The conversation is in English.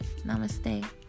Namaste